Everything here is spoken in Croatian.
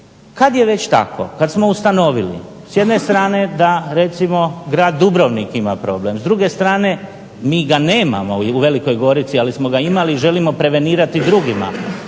kad je već tako, kad smo ustanovili s jedne strane da recimo Grad Dubrovnik ima problem, s druge strane mi ga nemamo u Velikoj Gorici, ali smo ga imali i želimo prevenirati drugima.